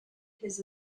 his